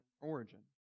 origin